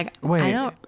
Wait